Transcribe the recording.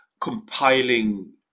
compiling